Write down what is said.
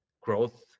growth